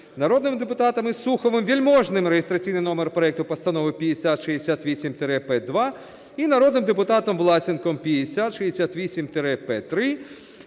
народними депутатами Суховим, Вельможним (реєстраційний номер проекту Постанови 5068-П2) і народним депутатом Власенком (5068-П3).